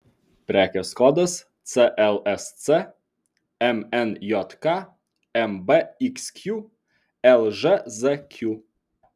prekės kodas clsc mnjk mbxq lžzq